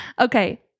Okay